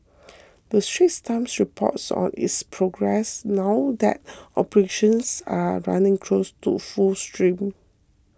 the Straits Times reports on its progress now that operations are running close to full steam